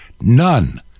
None